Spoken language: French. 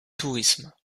tourisme